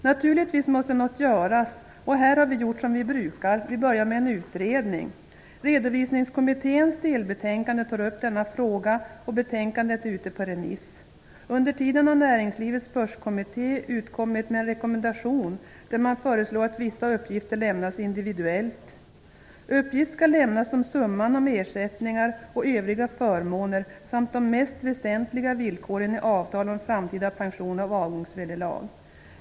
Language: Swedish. Naturligtvis måste något göras. Vi har gjort som vi brukar, nämligen att vi börjar med en utredning. Redovisningskommitténs delbetänkande tar upp denna fråga, och betänkandet är ute på remiss. Under tiden har Näringslivets börskommitté utkommit med en rekommendation, där man föreslår att vissa uppgifter lämnas individuellt. Uppgift skall lämnas om summan av ersättningar och övriga förmåner samt om de mest väsentliga villkoren i avtal om framtida pension och avgångsvederlag.